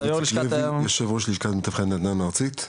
אני יצחק לוי ואני יושב ראש לשכת מתווכי הנדל"ן הארצית.